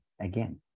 again